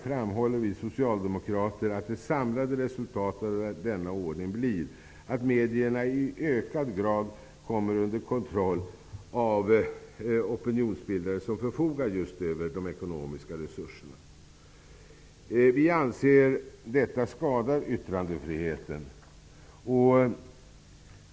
framhåller vi socialdemokrater att det samlade resultatet av denna ordning blir att medierna i ökad grad kommer under kontroll av opinionsbildare som förfogar just över de ekonomiska resurserna. Vi anser att detta skadar yttrandefriheten.